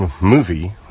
movie